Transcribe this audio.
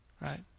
Right